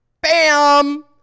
Bam